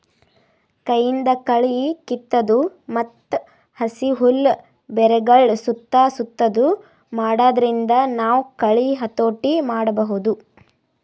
ಕೈಯಿಂದ್ ಕಳಿ ಕಿತ್ತದು ಮತ್ತ್ ಹಸಿ ಹುಲ್ಲ್ ಬೆರಗಳ್ ಸುತ್ತಾ ಸುತ್ತದು ಮಾಡಾದ್ರಿಂದ ನಾವ್ ಕಳಿ ಹತೋಟಿ ಮಾಡಬಹುದ್